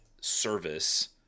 service